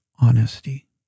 honesty